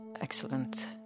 excellent